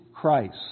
Christ